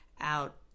out